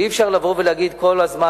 ואי-אפשר לבוא ולהגיד כל הזמן,